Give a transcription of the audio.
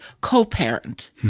co-parent